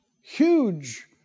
huge